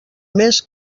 més